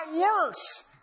worse